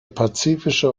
pazifische